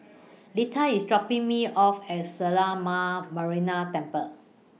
Lita IS dropping Me off At Ma Marina Temple